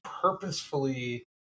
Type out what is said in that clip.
purposefully